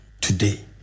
today